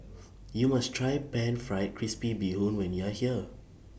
YOU must Try Pan Fried Crispy Bee Hoon when YOU Are here